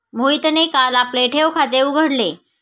मोहितने काल आपले ठेव खाते उघडले